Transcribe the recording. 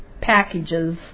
packages